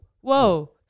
Whoa